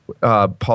Paul